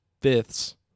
fifths